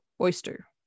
oyster